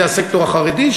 זה הסקטור החרדי,